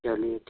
चलिए ठीक